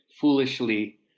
foolishly